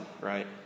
right